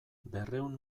berrehun